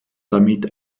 damit